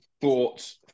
thoughts